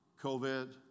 COVID